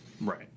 Right